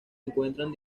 encuentran